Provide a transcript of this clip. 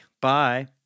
Bye